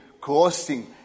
crossing